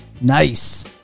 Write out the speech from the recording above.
nice